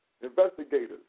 Investigators